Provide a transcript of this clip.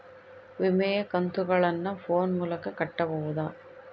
ವಿಮೆಯ ಕಂತುಗಳನ್ನ ಫೋನ್ ಮೂಲಕ ಕಟ್ಟಬಹುದಾ?